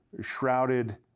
shrouded